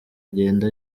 agenda